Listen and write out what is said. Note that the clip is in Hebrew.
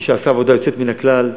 שעשה עבודה יוצאת מן הכלל,